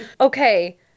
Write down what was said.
Okay